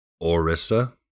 Orissa